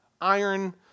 iron